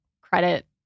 credit